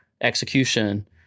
execution